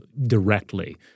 directly